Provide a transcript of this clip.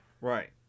right